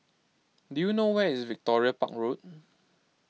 do you know where is Victoria Park Road